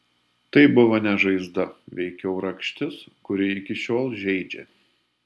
tai buvo ne žaizda veikiau rakštis kuri iki šiol žeidžia